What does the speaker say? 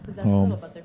Home